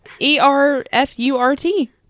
E-R-F-U-R-T